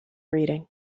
reading